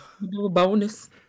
bonus